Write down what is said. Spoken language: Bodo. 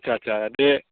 आच्चा आच्चा दे